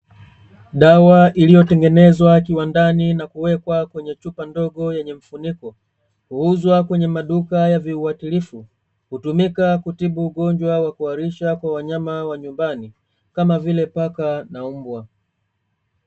Dawa iliyotengenezwa viwandani na kuwekwa kwenye chupa ndogo, yenye mfuniko, kuuzwa kwenye maduka ya viwatilifu. Hutumika kutibu ugonjwa wa kuharisha, kwa wanyama wanyumbani, kama vile paka na mbwa.